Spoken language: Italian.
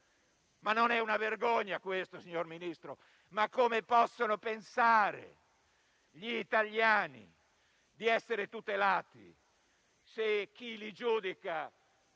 è forse una vergogna questa? Signor Ministro, come possono pensare gli italiani di essere tutelati, se chi li giudica